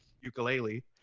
ukulele